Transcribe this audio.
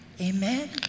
Amen